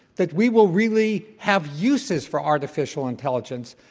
that we will really have uses for artificial intelligence.